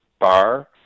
bar